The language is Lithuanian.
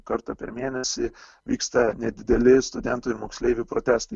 kartą per mėnesį vyksta nedideli studentų ir moksleivių protestai